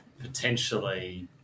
potentially